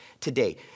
today